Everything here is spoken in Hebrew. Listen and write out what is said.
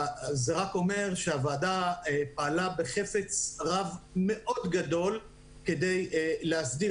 זה רק אומר שהוועדה פעלה בחפץ לב מאוד גדול כדי להסדיר